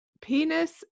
Penis